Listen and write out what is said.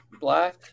Black